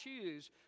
choose